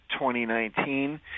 2019